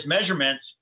measurements